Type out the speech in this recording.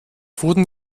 wurden